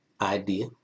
idea